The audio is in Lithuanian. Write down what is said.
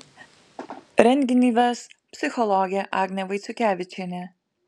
renginį ves psichologė agnė vaiciukevičienė